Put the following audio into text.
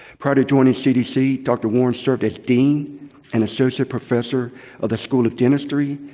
prior to joining cdc, dr. warren served as dean and associate professor of the school of dentistry,